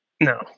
No